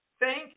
Thank